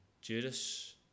Judas